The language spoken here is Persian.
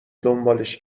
دنبالش